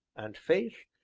and faith,